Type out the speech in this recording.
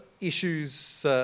issues